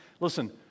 Listen